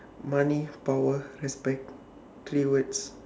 money power respect three words